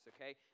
okay